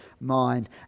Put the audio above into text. mind